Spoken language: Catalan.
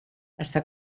està